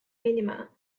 minima